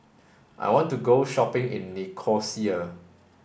I want to go shopping in Nicosia